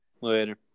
Later